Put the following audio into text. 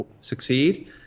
succeed